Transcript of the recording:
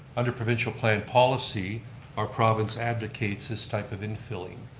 under provincial plan policy our province advocates this type of infilling.